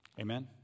Amen